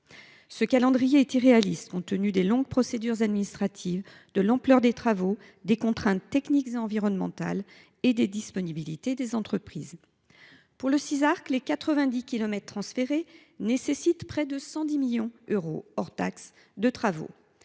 Ce calendrier est irréaliste compte tenu de la longueur des procédures administratives, de l’ampleur des travaux, de la nature des contraintes techniques et environnementales et de la disponibilité des entreprises. Pour le Sisarc, les quatre vingt dix kilomètres transférés nécessitent près de 110 millions d’euros hors taxe de travaux.